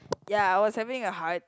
ya I was having a heart